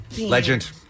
legend